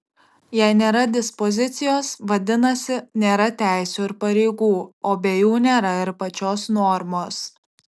jei nėra dispozicijos vadinasi nėra teisių ir pareigų o be jų nėra ir pačios normos